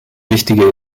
wichtige